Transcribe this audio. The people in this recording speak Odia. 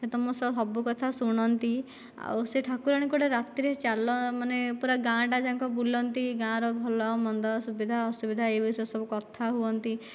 ସେ ତୁମ ସେ ସବୁ କଥା ଶୁଣନ୍ତି ଆଉ ସେ ଠାକୁରାଣୀ କୁଆଡ଼େ ରାତିରେ ଚାଲ ମାନେ ପୁରା ଗାଁଟା ଯାକ ବୁଲନ୍ତି ଗାଁର ଭଲ ମନ୍ଦ ସୁବିଧା ଅସୁବିଧା ଏ ବିଷୟରେ ସବୁ କଥା ହୁଅନ୍ତି